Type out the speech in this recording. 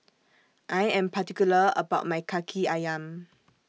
I Am particular about My Kaki Ayam